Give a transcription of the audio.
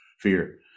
fear